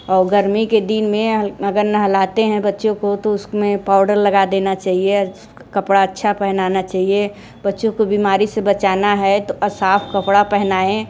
और गर्मी के दिन में अगर नहलाते हैं बच्चों को तो उसमें पाउडर लगा देना चाहिए कपड़ा अच्छा पहनना चाहिए बच्चों को बीमारी से बचाना है तो साफ़ कपड़ा पहनाएं है